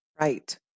Right